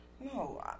No